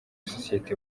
sosiyete